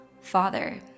Father